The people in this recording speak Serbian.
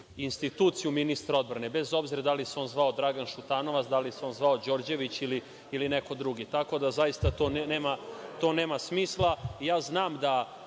instituciju ministra odbrane, bez obzira da li se on zvao Dragan Šutanovac, da li se on zvao Đorđević ili neko drugi. Tako da, zaista to nema smisla.